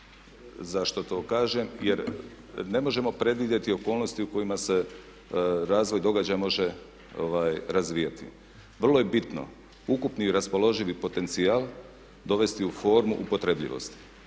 Zašto to kažem? Jer ne možemo predvidjeti okolnosti u kojima se razvoj događaja može razvijati. Vrlo je bitno ukupni raspoloživi potencijal dovesti u formu upotrebljivosti.